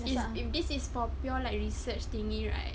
is if this is for pure like research thingy right